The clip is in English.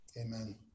Amen